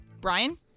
Brian